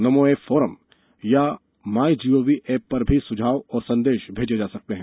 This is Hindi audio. नमो एप फोरम या माईजीओवी पर भी सुझाव और संदेश भेजे जा सकते हैं